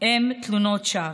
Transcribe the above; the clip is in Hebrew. הן תלונות שווא.